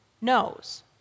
knows